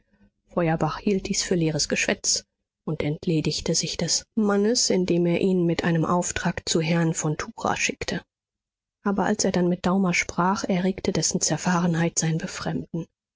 hielt dies für leeres geschwätz und entledigte sich des mannes indem er ihn mit einem auftrag zu herrn von tucher schickte aber als er dann mit daumer sprach erregte dessen zerfahrenheit sein befremden